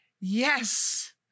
Yes